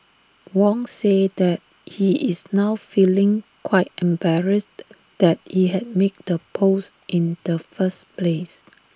Wong said that he is now feeling quite embarrassed that he had made the post in the first place